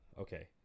okay